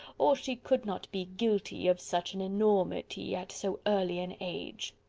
or she could not be guilty of such an enormity, at so early an age.